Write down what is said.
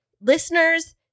listeners